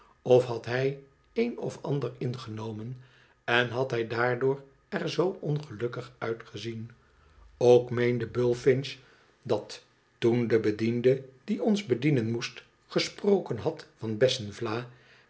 of had hij een of ander ingenomen en had hij daardoor er zoo ongelukkig uitgezien ook meende bullfinch dat toen de bediende die ons bedienen moest gesproken had van bessenvla